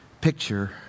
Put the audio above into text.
picture